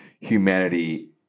humanity